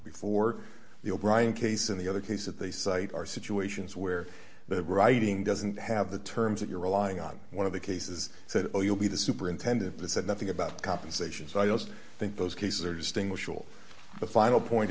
before the o'brien case and the other case that they cite are situations where the writing doesn't have the terms that you're relying on one of the cases said oh you'll be the superintendent that said nothing about compensation so i don't think those cases are distinguishable the final point